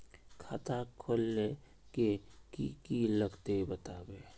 खाता खोलवे के की की लगते बतावे?